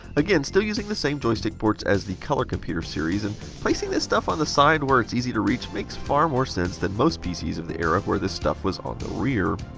again, still using the same joystick ports as the color computer series. and placing this stuff on the side where it is easy to reach makes far more sense than most pcs of the era where this stuff was on the rear.